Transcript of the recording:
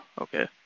Okay